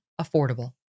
affordable